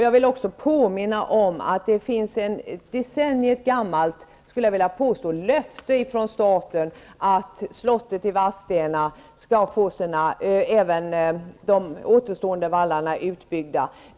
Jag vill också påminna om att det finns ett decenniet gammalt löfte från staten att slottet i Vadstena skall få även de övriga vallarna utbyggda.